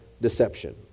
deception